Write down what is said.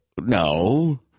No